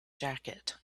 jacket